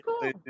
cool